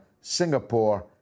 Singapore